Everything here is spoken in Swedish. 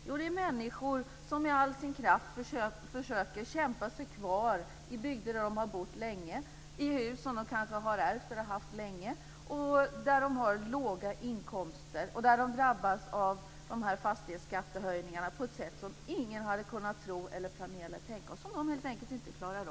Jo, det är människor som med all kraft försöker kämpa sig kvar i bygder där de har bott länge, i hus som de kanske har ärvt eller har haft länge, och har låga inkomster. De drabbas av fastighetsskattehöjningarna på ett sätt som ingen hade kunnat tro eller planera för. De klarar helt enkelt inte av dem.